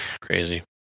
Crazy